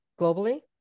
globally